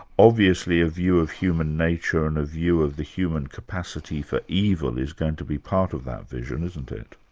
obviously a view of human nature and a view of the human capacity for evil is going to be part of that vision, isn't it?